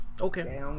Okay